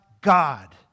God